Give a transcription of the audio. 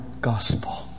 gospel